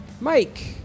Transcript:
Mike